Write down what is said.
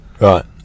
Right